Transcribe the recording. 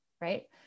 right